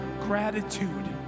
gratitude